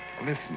Listen